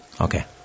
Okay